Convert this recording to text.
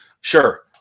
Sure